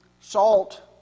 salt